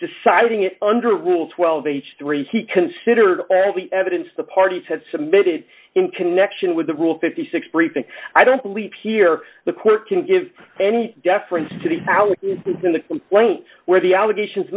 deciding it under rule twelve h three he considered all the evidence the parties had submitted in connection with the rule fifty six briefing i don't believe here the court can give any deference to the power in the complaint where the allegations